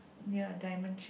ya diamond shape